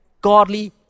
godly